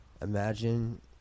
imagine